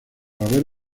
haber